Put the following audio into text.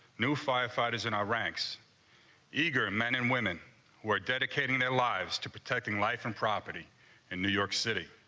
new firefighters in iraq's, eager men and women who are dedicating their lives to protecting life and property in new york city,